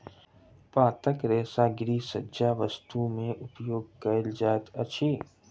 पातक रेशा गृहसज्जा वस्तु में उपयोग कयल जाइत अछि